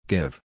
Give